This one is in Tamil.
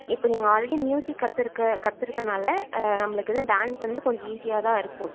இப்போ நீங்கள் ஆல்ரெடி மியூசிக் கற்றுருக்க கற்றுருக்கனால நம்மளுக்கு வந்து டான்ஸ் வந்து கொஞ்சம் ஈஸியாக தான் இருக்கும்